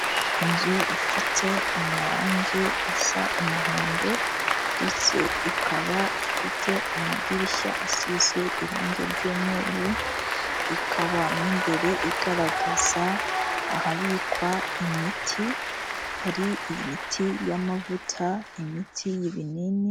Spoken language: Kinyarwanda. Inzu ifite amarangi asa umuhondo ndetse ikaba ifite amadirishya asize irangi ry'umweru ikaba nk'imbere igaragaza ahabikwa imiti hari imiti y'amavuta, imiti y'ibinini.